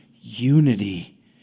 unity